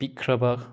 ꯄꯤꯛꯈ꯭ꯔꯕ